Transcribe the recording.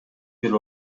бир